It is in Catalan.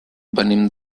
venim